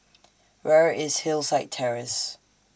Where IS Hillside Terrace